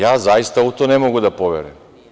Ja zaista u to ne mogu da poverujem.